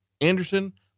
Anderson